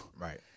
Right